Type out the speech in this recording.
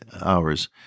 hours